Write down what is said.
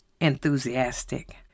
enthusiastic